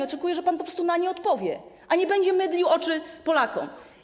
Oczekuję, że pan po prostu na nie odpowie, a nie będzie mydlił oczy Polakom.